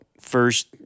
first